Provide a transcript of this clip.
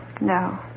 No